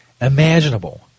imaginable